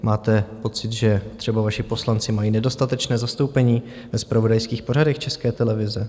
Máte pocit, že třeba vaši poslanci mají nedostatečné zastoupení ve zpravodajských pořadech České televize?